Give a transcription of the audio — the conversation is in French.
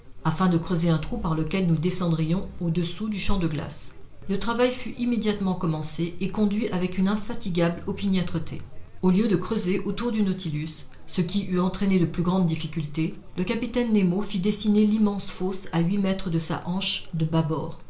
afin de creuser un trou par lequel nous descendrions au-dessous du champ de glace le travail fut immédiatement commencé et conduit avec une infatigable opiniâtreté au lieu de creuser autour du nautilus ce qui eût entraîné de plus grandes difficultés le capitaine nemo fit dessiner l'immense fosse à huit mètres de sa hanche de bâbord